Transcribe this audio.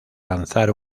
lanzar